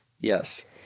Yes